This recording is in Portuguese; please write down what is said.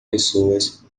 pessoas